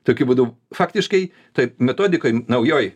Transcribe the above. tokiu būdu faktiškai toj metodikoj naujoj